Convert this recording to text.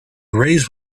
race